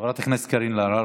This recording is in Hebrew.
חברת הכנסת קארין אלהרר,